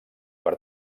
per